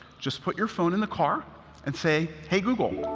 just put your phone in the car and say, hey, google,